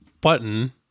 button